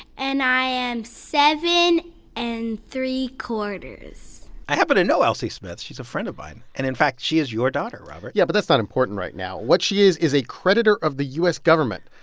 and i am seven and three-quarters i happen to know elsie smith. she's a friend of mine. and, in fact, she is your daughter, robert yeah, but that's not important right now. what she is is a creditor of the u s. government.